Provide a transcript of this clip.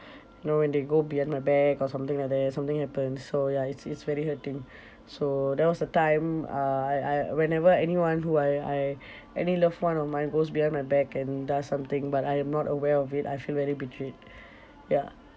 you know when they go behind my back or something like that something happens so ya it's it's very hurting so that was a time uh I I whenever anyone who I I any loved one of mine goes behind my back and does something but I am not aware of it I feel very betrayed ya